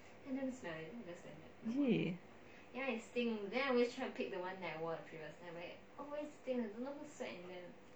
is it